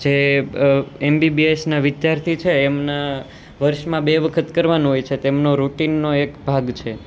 જે એમબીબીએસના વિદ્યાર્થી છે એમના વર્ષમાં બે વખત કરવાનું હોય છે તેમનો રૂટીનનો એક ભાગ છે